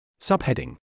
Subheading